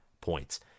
points